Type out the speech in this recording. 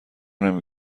نمی